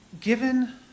Given